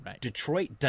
Detroit